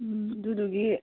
ꯎꯝ ꯑꯗꯨꯗꯨꯒꯤ